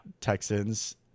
Texans